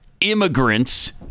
immigrants